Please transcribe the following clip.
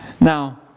Now